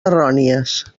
errònies